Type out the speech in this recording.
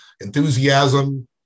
enthusiasm